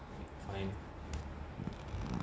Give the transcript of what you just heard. fine